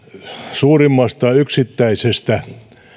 suurimmasta yksittäisestä